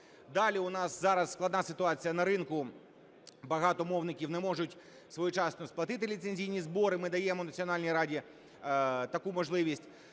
Далі у нас зараз складна ситуація на ринку, багато мовників не можуть своєчасно сплатити ліцензійні збори, ми даємо Національній раді таку можливість.